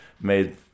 made